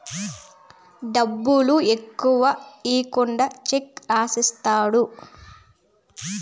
డబ్బులు ఎక్కువ ఈకుండా చెక్ రాసిత్తారు